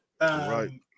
Right